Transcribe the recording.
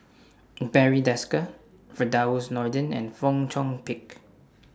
Barry Desker Firdaus Nordin and Fong Chong Pik